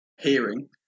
hearing